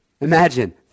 Imagine